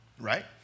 right